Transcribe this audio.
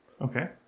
okay